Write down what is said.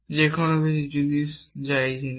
যে কোন কিছু যা এই জিনিস